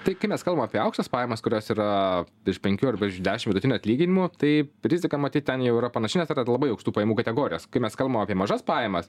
tai kai mes kalbam apie aukštas pajamas kurios yra iš penkių arba iš dešim vidutinių atlyginimų tai rizika matyt ten jau yra panaši nes yra labai aukštų pajamų kategorijos kai mes kalbam apie mažas pajamas